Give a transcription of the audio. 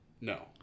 No